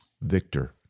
Victor